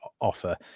offer